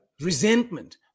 resentment